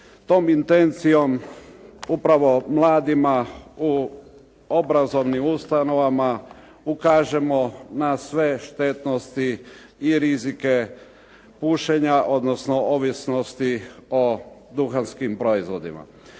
tom intencijom upravo mladima u obrazovnim ustanovama ukažemo na sve štetnosti i rizike pušenja, odnosno ovisnosti o duhanskim proizvodima.